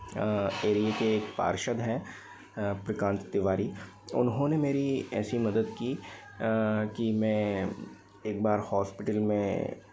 एरिए के एक पार्षद हैं विक्रांत तिवारी उन्होंने मेरी ऐसी मदद की कि मैं एक बार हॉस्पिटल में